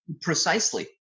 Precisely